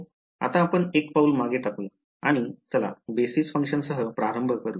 आता आपण एक पाऊल मागे टाकू या आणि चला बेसिस फंक्शन्स सह प्रारंभ करूया